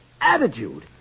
Attitude